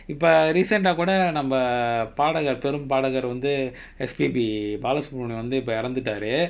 இப்ப:ippa recent ah கூட நம்ம பாடகர் பெரும் பாடகர் வந்து:kooda namma paadakar perum paadakar vanthu S_P_B balasubramani வந்து இப்ப இறந்துட்டாரு:vanthu ippa iranthutaaru